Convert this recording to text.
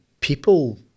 People